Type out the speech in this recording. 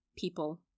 people